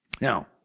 Now